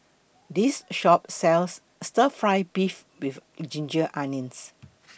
This Shop sells Stir Fried Beef with Ginger Onions